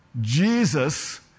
Jesus